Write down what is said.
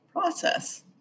process